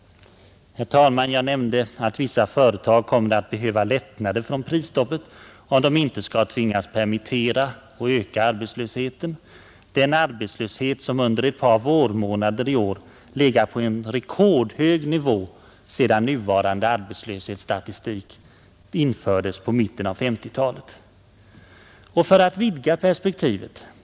Herr talman! Jag nämnde att vissa företag kommer att behöva lättnader från prisstoppet, om de inte skall tvingas permittera och öka arbetslösheten, den arbetslöshet som under ett par vårmånader i år har legat på en rekordhög nivå sedan nuvarande arbetslöshetsstatistik infördes i mitten av 1950-talet. För att vidga perspektivet, herr talman!